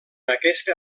aquesta